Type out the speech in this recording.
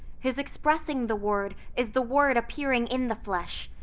his expressing the word is the word appearing in the flesh.